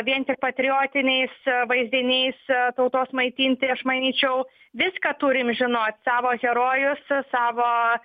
vien tik patriotiniais vaizdiniais tautos maitinti aš mainyčiau viską turim žinot savo herojus savo